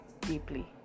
deeply